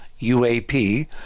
UAP